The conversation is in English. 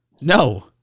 No